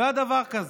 לא היה דבר כזה.